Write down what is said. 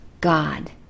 God